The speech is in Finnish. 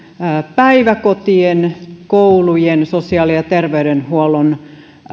päiväkotien koulujen ja sosiaali ja terveydenhuollon